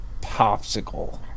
popsicle